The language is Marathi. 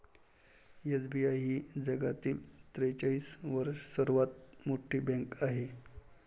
एस.बी.आय ही जगातील त्रेचाळीस सर्वात मोठी बँक आहे